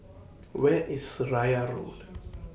Where IS Seraya Road